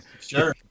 Sure